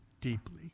deeply